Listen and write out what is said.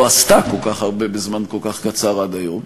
עשתה כל כך הרבה בזמן כל כך קצר עד היום.